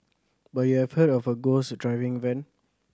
but you have heard of a ghost driving van